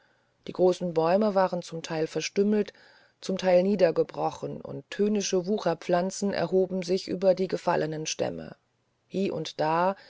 die großen bäume waren zum teil verstümmelt zum teil niedergebrochen und höhnische wucherpflanzen erhoben sich über die gefallenen stämme hie und da